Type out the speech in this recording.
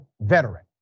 veteran